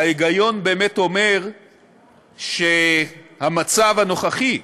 ההיגיון באמת אומר שהמצב הנוכחי,